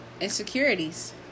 Insecurities